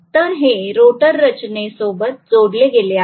तर हे रोटर रचने सोबत जोडले गेले आहे